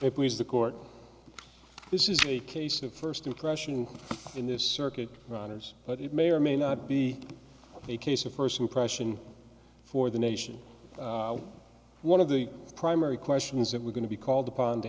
it please the court this is a case of first impression in this circuit runners but it may or may not be a case of first impression for the nation one of the primary questions that we're going to be called upon to